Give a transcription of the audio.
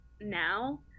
now